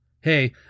Hey